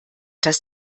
dass